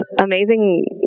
amazing